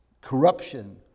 corruption